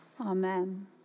Amen